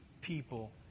people